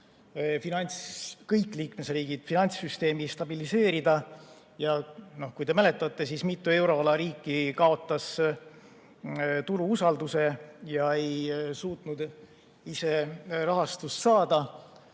kõik liikmesriigid finantssüsteemi stabiliseerida. Kui te mäletate, siis mitu euroala riiki kaotasid turu usalduse, ei suutnud ise rahastust saada